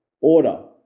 order